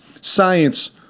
science